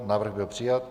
Návrh byl přijat.